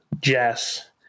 Jess